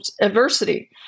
adversity